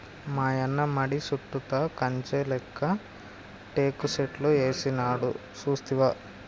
మాయన్న మడి సుట్టుతా కంచె లేక్క టేకు సెట్లు ఏసినాడు సూస్తివా